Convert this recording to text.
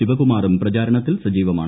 ശിവകുമാറും പ്രചാരണത്തിൽ സജീവമാണ്